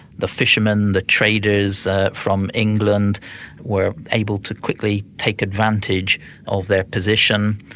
the fishermen, the traders from england were able to quickly take advantage of their position.